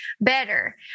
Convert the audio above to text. better